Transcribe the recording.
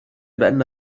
بأن